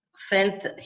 felt